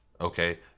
okay